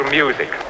music